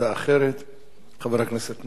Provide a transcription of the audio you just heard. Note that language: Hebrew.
חבר הכנסת מסעוד גנאים, בבקשה.